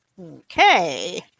Okay